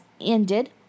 ended